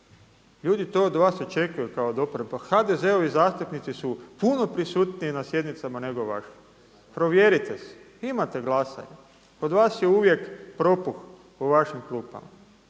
Ljudi to od vas očekuju kao od oporbe. Pa HDZ-ovi zastupnici su puno prisutniji na sjednicama nego vaši, provjerite si, imate glasanje. Kod vas je uvijek propuh u vašim klupama.